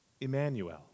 Emmanuel